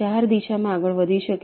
4 દિશામાં આગળ વધી શકે છે